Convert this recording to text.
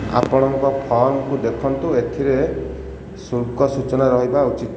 ଆପଣଙ୍କ ଫର୍ମକୁ ଦେଖନ୍ତୁ ଏଥିରେ ଶୁଳ୍କ ସୂଚନା ରହିବା ଉଚିତ୍